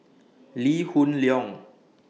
Lee Hoon Leong